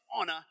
honor